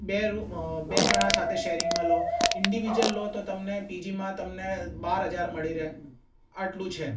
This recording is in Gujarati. બે રૂ બે જણા સાથે શૅરીંગમાં લો ઇન્ડીવ્યુઝલ લો તો તમને પીજીમાં તમને બાર હજાર મળી રહે આટલું છે એમ